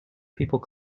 people